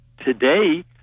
today